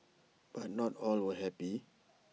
but not all were happy